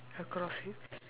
across you